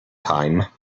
time